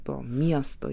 to miesto